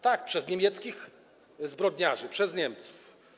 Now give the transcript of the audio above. Tak, przez niemieckich zbrodniarzy, przez Niemców.